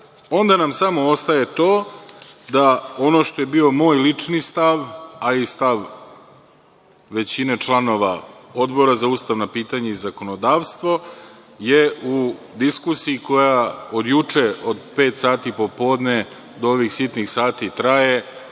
onda nam samo ostaje to da ono što je bio moj lični stav, a i stav većine članova Odbora za ustavna pitanja i zakonodavstvo, je u diskusiji koja je juče, od pet sati popodne do ovih sitnih sati,